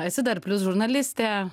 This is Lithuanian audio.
esi dar plius žurnalistė